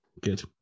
Good